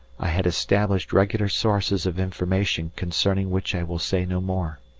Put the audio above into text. i had established regular sources of information concerning which i will say no more.